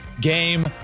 game